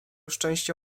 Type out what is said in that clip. szczęście